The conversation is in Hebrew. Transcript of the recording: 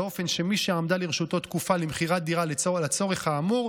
באופן שמי שעמדה לרשותו תקופה למכירת דירה לצורך האמור,